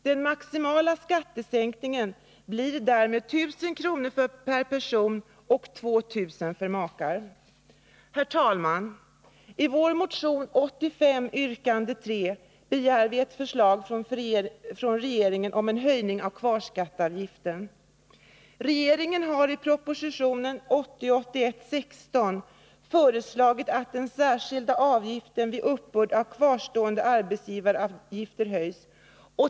Den maximala skattesänkningen blir därmed 1000 kr. per person och 2000 kr. för makar. Herr talman! I vår motion 85, yrkande 3, begär vi ett förslag från regeringen om höjning av kvarskatteavgiften. Regeringen har i proposition 1980/81:16 föreslagit att den särskilda avgiften vid uppbörd av kvarstående arbetsgivaravgifter höjs.